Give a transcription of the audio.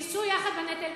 תישאו יחד בנטל,